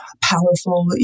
powerful